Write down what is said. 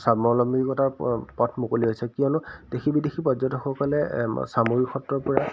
স্বালম্বিকতাৰ পথ মুকলি হৈছে কিয়নো দেখিব বিদেশী পৰ্যটকসকলে সামগুৰি সত্ৰৰ পৰা